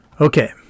Okay